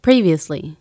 Previously